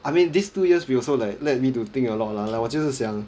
I mean these two years we also like let me to think a lot lah like 我就是想